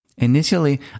Initially